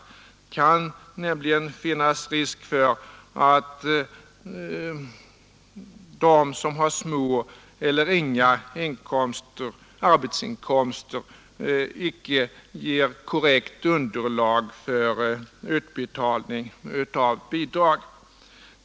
Det kan nämligen finnas risk för att de som har små eller inga arbetsinkomster icke ger korrekt underlag för utbetalning av bidrag.